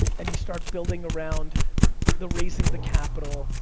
and you start building around the raising the capital,